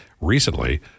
recently